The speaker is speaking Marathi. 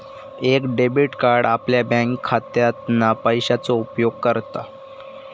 एक डेबिट कार्ड आपल्या बँकखात्यातना पैशाचो उपयोग करता